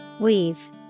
Weave